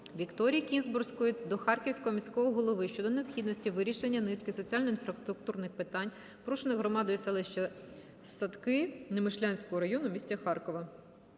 Вікторії Кінзбурської до Харківського міського голови щодо необхідності вирішення низки соціально-інфраструктурних питань, порушених громадою селища Садки Немишлянського району міста Харкова.